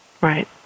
Right